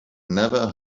never